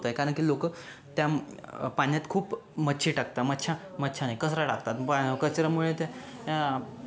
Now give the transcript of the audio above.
कारण की लोक त्या पाण्यात खूप मच्छी टाकतात मछ्या मच्छया नाही कचरा टाकतात पाण्यात कचऱ्यामुळे त्या